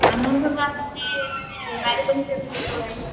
ଆମର ସବୁ ଆସୁଛି ମାନେ ବାଡ଼ି ବାଗିଚାରୁ ସବୁ ତୋଳା ହେଇକି